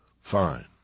Fine